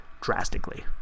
drastically